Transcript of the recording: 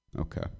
Okay